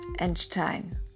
Einstein